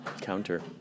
counter